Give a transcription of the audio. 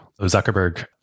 Zuckerberg